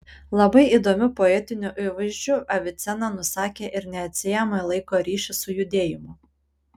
labai įdomiu poetiniu įvaizdžiu avicena nusakė ir neatsiejamą laiko ryšį su judėjimu